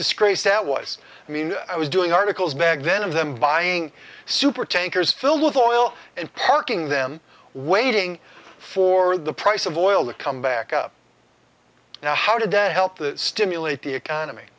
disgrace that was i mean i was doing articles back then of them buying super tankers filled with oil and parking them waiting for the price of oil that come back up now how did that help to stimulate the economy